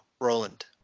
Roland